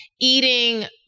eating